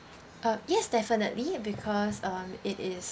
uh yes definitely because um it is